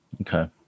Okay